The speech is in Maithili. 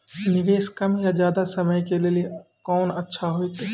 निवेश कम या ज्यादा समय के लेली कोंन अच्छा होइतै?